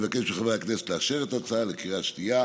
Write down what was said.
אני מבקש מחברי הכנסת לאשר את ההצעה בקריאה שנייה